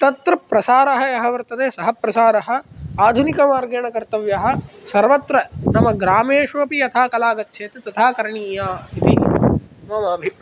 तत्र प्रसारः यः वर्तते सः प्रसारः आधुनिकमार्गेण कर्तव्यः सर्वत्र नाम ग्रामेष्वपि यथा कला गच्छेत् तथा करणीया इति मम अभिप्रायः